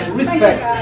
respect